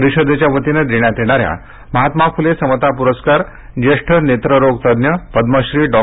परिषदेच्या वतीने देण्यात येणाऱ्या महात्मा फुले समता पुरस्कार ज्येष्ठ नेत्ररोगतज्ञ पद्मश्री डॉ